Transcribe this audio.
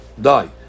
die